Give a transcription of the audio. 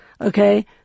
okay